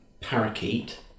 parakeet